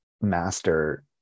master